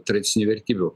tradicinių vertybių